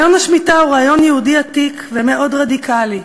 רעיון השמיטה הוא רעיון יהודי עתיק ומאוד רדיקלי.